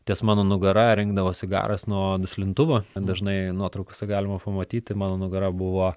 ties mano nugara rinkdavosi garas nuo duslintuvo dažnai nuotraukose galima pamatyti mano nugara buvo